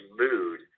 mood